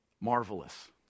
marvelous